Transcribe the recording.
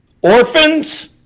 orphans